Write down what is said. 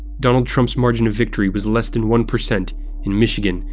donald trump's margin of victory was less than one percent in michigan,